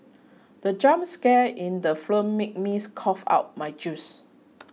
the jump scare in the film made me cough out my juice